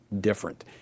different